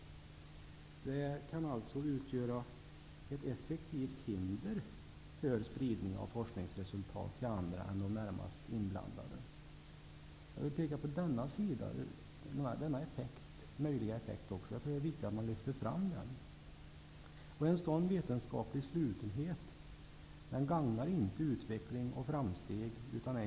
Detta kan alltså utgöra ett effektivt hinder för spridningen av forskningsresultaten till andra än de närmast inblandade. Jag vill alltså även peka på denna möjliga effekt, för jag tror att det är viktigt att lyfta fram den. En sådan här vetenskaplig slutenhet gagnar inte utveckling och framsteg.